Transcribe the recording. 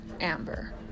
Amber